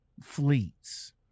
Fleets